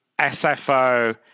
SFO